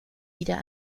wieder